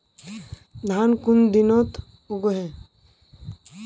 धान कुन दिनोत उगैहे